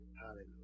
Hallelujah